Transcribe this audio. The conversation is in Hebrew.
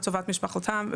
לטובת משפחתם,